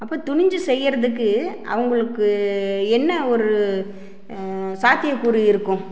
அப்போ துணிஞ்சு செய்கிறதுக்கு அவங்களுக்கு என்ன ஒரு சாத்தியக்கூறு இருக்கும்